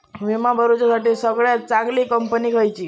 विमा भरुच्यासाठी सगळयात चागंली कंपनी खयची?